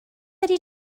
ydy